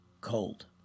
cold